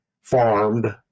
farmed